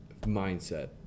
mindset